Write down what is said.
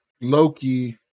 Loki